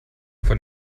von